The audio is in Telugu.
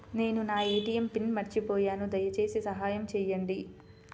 నేను నా ఏ.టీ.ఎం పిన్ను మర్చిపోయాను దయచేసి సహాయం చేయండి